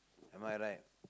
am I right